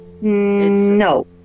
No